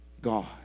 God